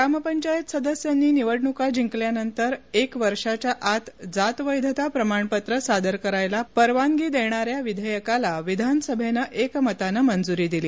ग्रामपंचायत सदस्यानी निवडणूका जिंकल्यानंतर एका वर्षाच्या आत जात वैधता प्रमाणपत्र सादर करायला परवानगी देणाऱ्या विधेयकाला विधानसभेनं एकमतानं मंजूरी दिली